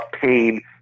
pain